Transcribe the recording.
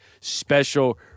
special